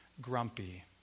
grumpy